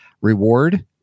reward